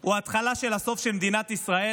הוא התחלה של הסוף של מדינת ישראל.